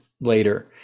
later